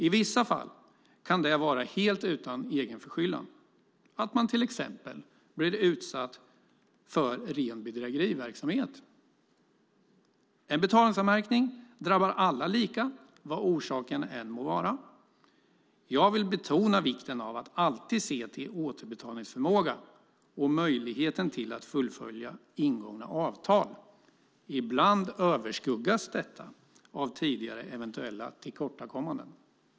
I vissa fall kan det vara helt utan egen förskyllan, att man till exempel blir utsatt för ren bedrägeriverksamhet. En betalningsanmärkning drabbar alla lika vad orsaken än må vara. Jag vill betona vikten av att alltid se till återbetalningsförmågan och möjligheten att fullfölja ingångna avtal. Ibland överskuggas detta av tidigare eventuella tillkortakommanden.